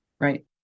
Right